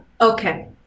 Okay